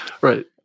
Right